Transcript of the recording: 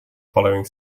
following